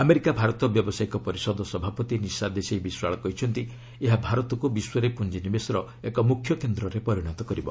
America Bharat ବ୍ୟବସାୟୀକ ପରିଷଦ ସଭାପତି ନିଶାଦେଶାଇ ବିଶ୍ୱାଳ କହିଛନ୍ତି ଏହା ଭାରତକୁ ବିଶ୍ୱରେ ପୁଞ୍ଜିନିବେଶର ଏକ ମୁଖ୍ୟ କେନ୍ଦ୍ରରେ ପରିଣତ କରିବ